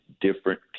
different